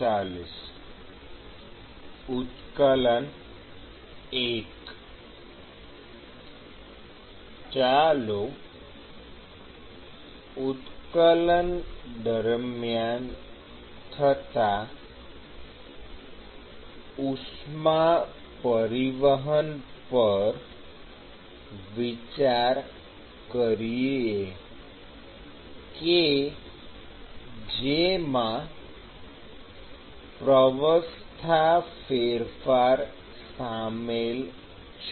ચાલો ઉત્કલન દરમિયાન થતાં ઉષ્મા પરિવહન પર વિચાર કરીએ કે જેમાં પ્રાવસ્થા ફેરફાર શામેલ છે